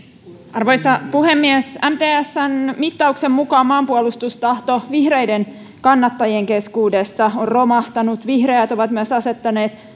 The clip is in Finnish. arvoisa puhemies mtsn mittauksen mukaan maanpuolustustahto vihreiden kannattajien keskuudessa on romahtanut vihreät ovat myös asettaneet